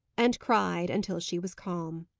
and cried until she was calm.